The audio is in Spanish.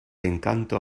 encanto